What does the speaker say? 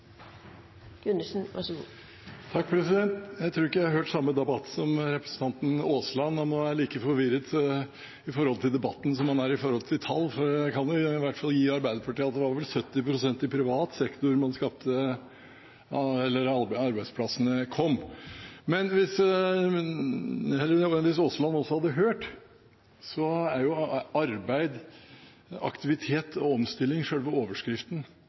Aasland, og nå er jeg like forvirret når det gjelder debatten, som han er når det gjelder tall. For jeg kan i hvert fall gi Arbeiderpartiet at det vel var 70 pst. i privat sektor at arbeidsplassene kom. Men hvis Aasland også hadde hørt, så er arbeid, aktivitet og omstilling selve overskriften